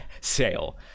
sale